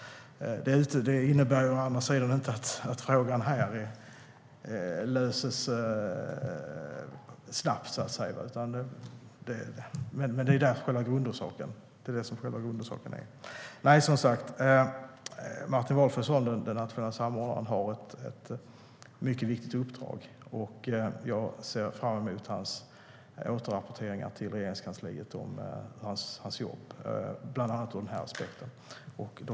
Det innebär inte att frågan här kan lösas snabbt, men det är själva grundorsaken. Den nationella samordnaren Martin Valfridsson har ett mycket viktigt uppdrag. Jag ser fram emot hans återrapportering till Regeringskansliet om bland annat de här aspekterna av hans jobb.